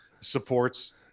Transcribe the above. supports